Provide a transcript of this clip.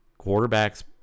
quarterbacks –